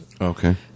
Okay